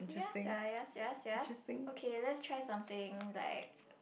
ya sia ya sia yes yes okay let's try something like